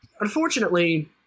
unfortunately